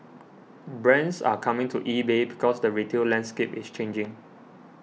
brands are coming to EBay because the retail landscape is changing